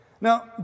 Now